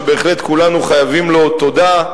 שבהחלט כולנו חייבים לו תודה,